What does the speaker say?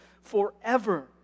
forever